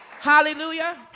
Hallelujah